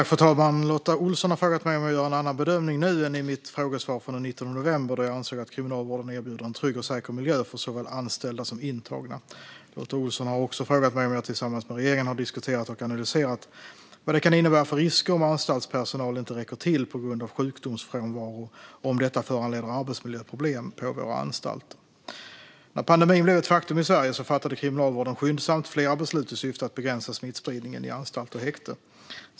Fru talman! Lotta Olsson har frågat mig om jag gör en annan bedömning nu än i mitt frågesvar från den 19 november då jag ansåg att Kriminalvården erbjuder en trygg och säker miljö för såväl anställda som intagna. Lotta Olsson har också frågat mig om jag tillsammans med regeringen har diskuterat och analyserat vad det kan innebära för risker om anstaltspersonal inte räcker till på grund av sjukdomsfrånvaro och om detta föranleder arbetsmiljöproblem på våra anstalter. När pandemin blev ett faktum i Sverige fattade Kriminalvården skyndsamt flera beslut i syfte att begränsa smittspridningen i anstalt och häkte.